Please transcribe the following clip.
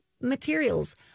materials